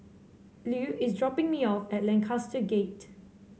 Lu is dropping me off at Lancaster Gate